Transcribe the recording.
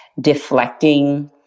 deflecting